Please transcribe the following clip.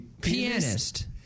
Pianist